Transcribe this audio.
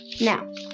Now